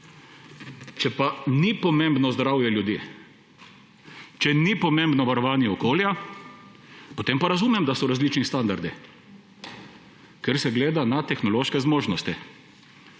Če ni pomembno zdravje ljudi, če ni pomembno varovanje okolja, potem pa razumem, da so različni standardi, ker se gleda na tehnološke zmožnosti